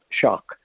shock